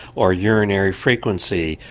or urinary frequency,